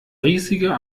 riesige